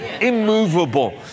immovable